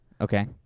Okay